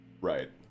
right